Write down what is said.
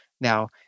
Now